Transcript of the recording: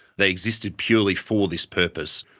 they existed purely for this purpose.